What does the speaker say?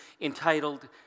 entitled